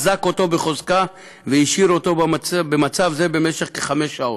אזק אותו בחוזקה והשאיר אותו במצב זה במשך כחמש שעות.